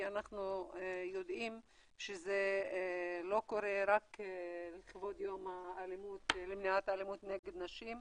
אנחנו יודעים שזה לא קורה רק לכבוד יום למניעת אלימות נגד נשים,